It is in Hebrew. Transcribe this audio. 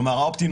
כלומר ה-opt-in,